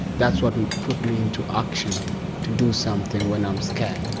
that's what put me into action to do something when i'm scared.